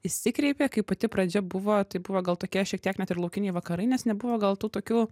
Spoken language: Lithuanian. išsikreipė kai pati pradžia buvo tai buvo gal tokia šiek tiek net ir laukiniai vakarai nes nebuvo gal tų tokių